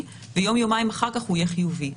ויום או יומיים אחר כך הוא יהיה חיובי.